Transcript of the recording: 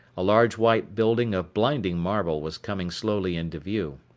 a large white building of blinding marble was coming slowly into view.